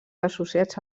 associats